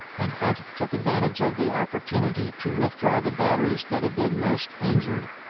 and hunt took advantage of the opportunity to withdraw the batteries that had been most injured,